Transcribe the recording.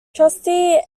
trustee